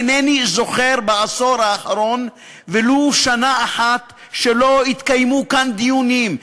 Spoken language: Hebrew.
אינני זוכר בעשור האחרון ולו שנה אחת שלא התקיימו כאן דיונים,